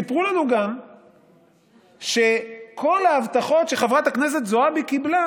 סיפרו לנו גם שכל ההבטחות שחברת הכנסת זועבי קיבלה